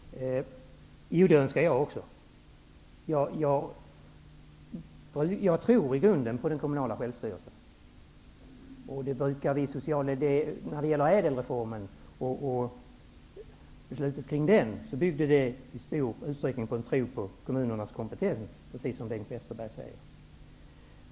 Herr talman! Det önskar också jag. Jag tror i grunden på den kommunala självstyrelsen. ÄDEL-reformen och besluten kring den byggde till stor del på en tro på kommunernas kompetens, precis som Bengt Westerberg säger.